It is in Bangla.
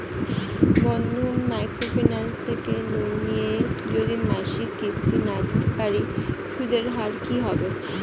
বন্ধন মাইক্রো ফিন্যান্স থেকে লোন নিয়ে যদি মাসিক কিস্তি না দিতে পারি সুদের হার কি হবে?